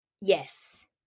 Yes